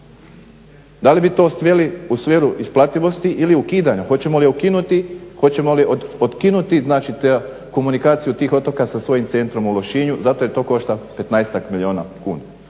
Da li bi to sveli u sferu isplativosti ili ukidanja? Hoćemo li ukinuti hoćemo li otkinuti komunikaciju tih otoka sa svojim centrom u Lošinju zato jer to košta petnaestak